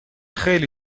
خیلی